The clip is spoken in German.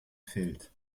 fehlt